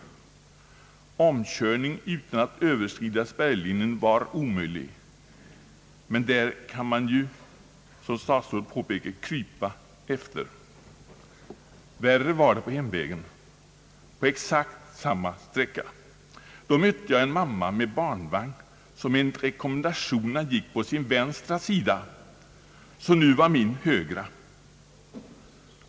Omkörning utan att överskrida spärrlinjerna var omöjlig — men där kan man ju, som statsrådet påpekade, krypa efter. Värre var det på hemvägen på exakt samma sträcka. Då mötte jag en mamma med barnvagn som enligt rekommendationerna gick på sin vänstra sida, vilken nu var min högra.